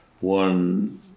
one